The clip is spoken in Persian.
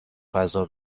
غذا